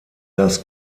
das